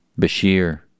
Bashir